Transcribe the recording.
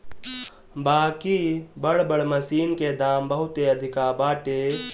बाकि बड़ बड़ मशीन के दाम बहुते अधिका बाटे